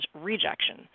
rejection